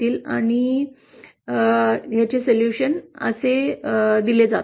आणि उपाय तसे दिले जातात